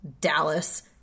Dallas